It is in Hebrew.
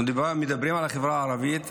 אנחנו מדברים על החברה הערבית,